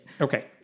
Okay